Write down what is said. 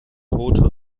rotor